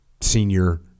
senior